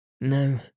No